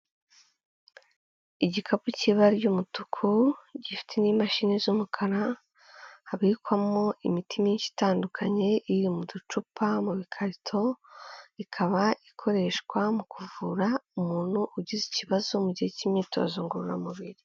Igikapu cy'ibara ry'umutuku gifite n'imashini z'umukara kabikwamo imiti myinshi itandukanye, iri mu ducupa mu karito ikaba ikoreshwa mu kuvura umuntu ugize ikibazo mu gihe cy'imyitozo ngororamubiri.